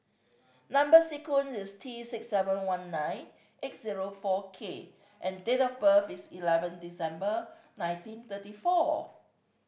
number sequence is T six seven one nine eight zero four K and date of birth is eleven December nineteen thirty four